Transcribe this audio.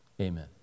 amen